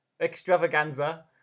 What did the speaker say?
extravaganza